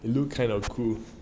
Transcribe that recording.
it looks kind of cool